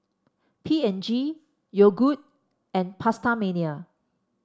P and G Yogood and PastaMania